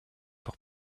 pour